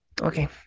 okay